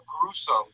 gruesome